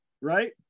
right